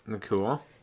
cool